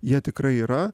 jie tikrai yra